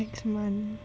next month